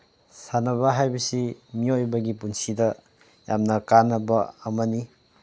ꯁꯥꯟꯅꯕ ꯍꯥꯏꯕꯁꯤ ꯃꯤꯑꯣꯏꯕꯒꯤ ꯄꯨꯟꯁꯤꯗ ꯌꯥꯝꯅ ꯀꯥꯟꯅꯕ ꯑꯃꯅꯤ